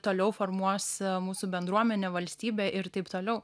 toliau formuos mūsų bendruomenę valstybę ir taip toliau